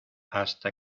hasta